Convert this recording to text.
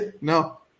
No